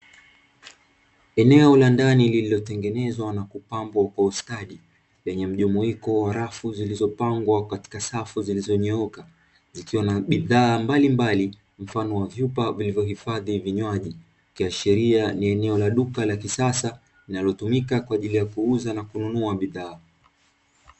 Eneo la ndani lililo tengenezwa na kupambwa kwa ustadi lenye mjumuiko wa rafu zilizopangwa katika rafu zilizopangwa katika safu zilizo nyooka, zikiwa na bidhaa mbalimbali mfano wa vyupa vilivyohifadhi vinywaji, ikihashiria ni eneo la duka la kisasa linalotumika kwa ajili ya kuuza na kununua bidhaa.